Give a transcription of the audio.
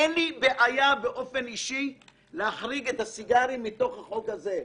אין לי בעיה באופן אישי להחריג את הסיגרים מתוך הסעיף הזה.